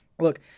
Look